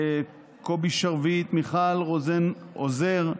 קובי שרביט, מיכל רוזן-עוזר,